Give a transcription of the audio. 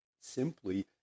simply